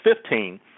fifteen